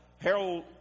Harold